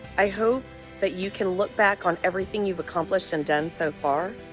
i hope that you can look back on everything you've accomplished and done so far,